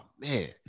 man